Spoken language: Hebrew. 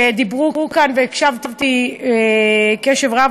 שדיברו עליהם כאן והקשבתי בקשב רב,